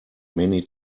many